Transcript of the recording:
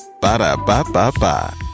Ba-da-ba-ba-ba